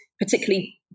particularly